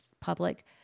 public